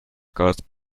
caused